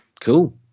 Cool